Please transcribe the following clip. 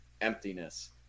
emptiness